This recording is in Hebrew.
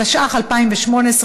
התשע"ח 2018,